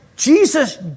Jesus